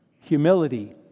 humility